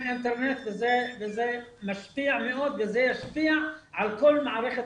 אינטרנט וזה משפיע מאוד וזה ישפיע על כל מערכת